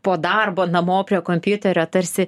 po darbo namo prie kompiuterio tarsi